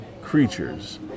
creatures